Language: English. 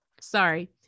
Sorry